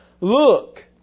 Look